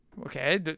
okay